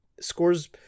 scores